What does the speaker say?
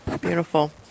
beautiful